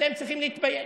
אתם צריכים להתבייש.